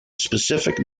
specific